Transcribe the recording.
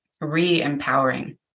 re-empowering